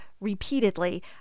repeatedly